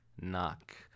knock